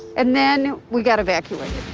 and then we got evacuated.